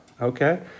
Okay